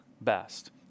best